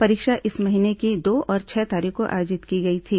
परीक्षा इस महीने की दो और छह तारीख को आयोजित की गई थी